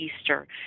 Easter